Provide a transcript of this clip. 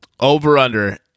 Over-under